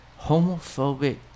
Homophobic